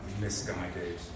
misguided